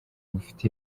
bufite